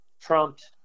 trumped